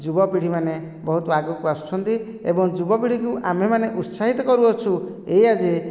ଯୁବପିଢ଼ି ମାନେ ବହୁତ ଆଗକୁ ଆସୁଛନ୍ତି ଏବଂ ଯୁବପିଢ଼ିକୁ ଆମେ ମାନେ ଉତ୍ସାହିତ କରୁଅଛୁ ଏଇୟା ଯେ